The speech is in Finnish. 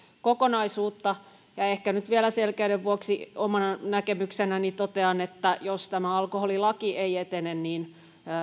kokonaisuutta ja ehkä nyt vielä selkeyden vuoksi omana näkemyksenäni totean että jos tämä alkoholilaki ei etene niin